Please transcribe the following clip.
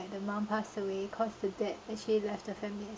like the mom passed away cause the dad actually left the family